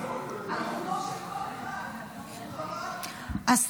להעביר את